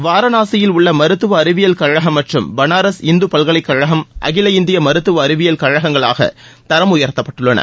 வாரணாசியில் உள்ள மருத்துவ அறிவியல் கழகம் மற்றும் பனாராஸ் இந்து பல்கலைக்கழகம் அகில இந்திய மருத்துவ அறிவியல் கழகங்களாக தரம் உயர்த்தப்பட்டுள்ளன